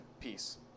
Peace